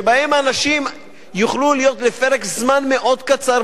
שבהן אנשים יוכלו להיות לפרק זמן מאוד קצר,